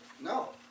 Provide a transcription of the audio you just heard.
No